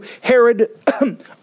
Herod